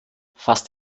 fast